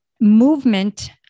movement